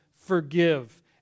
forgive